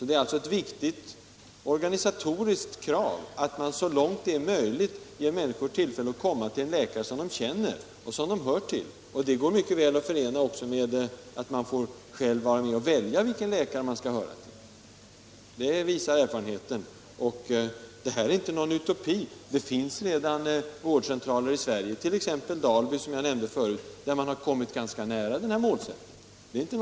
Det är alltså ett viktigt organisatoriskt krav, att man så långt det är möjligt ger människor tillfälle att komma till en läkare som de känner och som de hör till. Det går mycket väl att förena med kravet att människor själva skall få vara med och välja vilken läkare de skall gå till. Det visar erfarenheten. Det här är inte någon dröm. Det finns redan vårdcentraler i Sverige, t.ex. Dalby som jag nämnde förut, där man har kommit ganska nära det här målet.